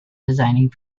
designing